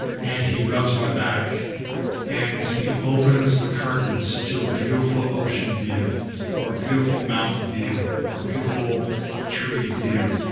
and he rubs my back and he opens the curtains to a beautiful ocean view or a beautiful mountain view or a beautiful tree view.